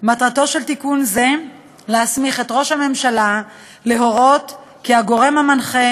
מטרתו של תיקון זה להסמיך את ראש הממשלה להורות כי הגורם המנחה